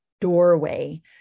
doorway